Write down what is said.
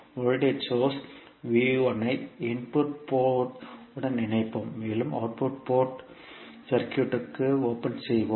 voltage source ஐ input port உடன் இணைப்போம் மேலும் அவுட்புட் போர்ட் சர்க்யூட்க்கு ஓபன் செய்வோம்